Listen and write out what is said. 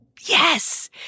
Yes